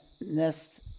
nest